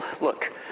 look